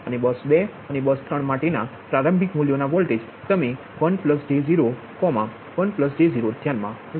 અને બસ 2 અને બસ 3 માટેના પ્રારંભિક મૂલ્યોના વોલ્ટેજ તમે 1 j0 1 j 0 ધ્યાનમાં લો